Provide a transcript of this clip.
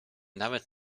nawet